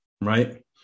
right